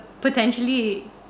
potentially